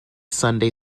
sunday